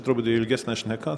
truputį ilgesnė šneka